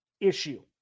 issue